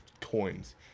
coins